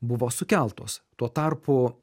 buvo sukeltos tuo tarpu